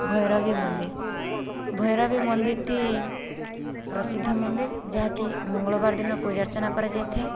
ଭୈରବୀ ମନ୍ଦିର ଭୈରବୀ ମନ୍ଦିରଟି ପ୍ରସିଦ୍ଧ ମନ୍ଦିର ଯାହାକି ମଙ୍ଗଳବାର ଦିନ ପୂଜା ଅର୍ଚ୍ଚନା କରାଯାଇଥାଏ